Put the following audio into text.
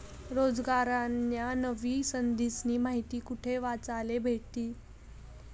रोजगारन्या नव्या संधीस्नी माहिती कोठे वाचले भेटतीन?